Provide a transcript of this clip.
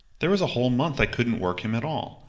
there was a whole month i couldn't work him at all,